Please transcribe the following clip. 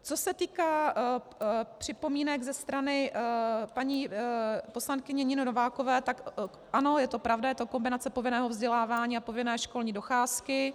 Co se týká připomínek ze strany paní poslankyně Niny Novákové, tak ano, je to pravda, je to kombinace povinného vzdělávání a povinné školní docházky.